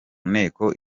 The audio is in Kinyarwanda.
nteko